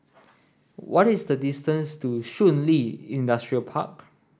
what is the distance to Shun Li Industrial Park